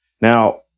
Now